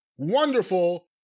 wonderful